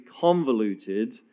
convoluted